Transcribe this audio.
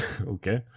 okay